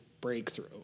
breakthrough